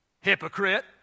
Hypocrite